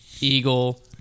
Eagle